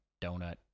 donut